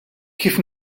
kif